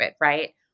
right